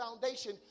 foundation